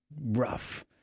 rough